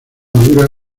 dura